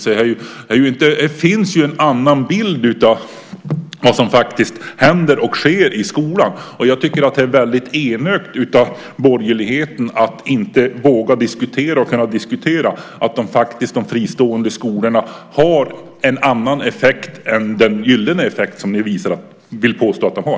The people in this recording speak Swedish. Det finns faktiskt en annan bild av det som sker i skolan, och det är väldigt enögt av borgerligheten att man inte vågar diskutera att de fristående skolorna faktiskt har en annan effekt än den gyllene effekt som ni påstår att de har.